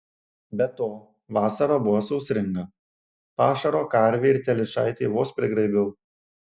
be to vasara buvo sausringa pašaro karvei ir telyčaitei vos prigraibiau